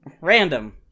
random